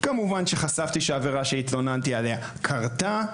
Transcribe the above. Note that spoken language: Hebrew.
כמובן, חשפתי שהעבירה שהתלוננתי עליה קרתה.